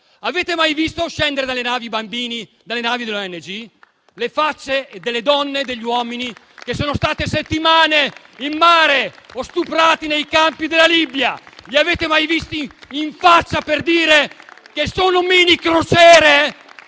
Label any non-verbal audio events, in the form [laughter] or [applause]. Avete mai visto scendere i bambini dalle navi delle ONG? Avete mai visto le facce delle donne e degli uomini che sono stati settimane in mare o stuprati nei campi della Libia? [applause] Li avete mai visti in faccia per dire che sono minicrociere?